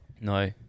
No